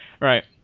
Right